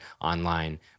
online